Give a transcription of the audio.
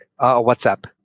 WhatsApp